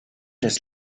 des